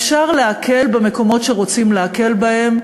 אפשר להקל במקומות שרוצים להקל בהם.